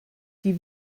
die